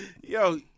Yo